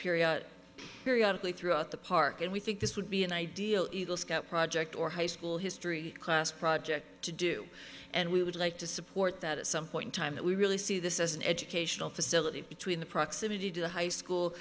lee throughout the park and we think this would be an ideal it will scout project or high school history class project to do and we would like to support that at some point in time that we really see this as an educational facility between the proximity to the high school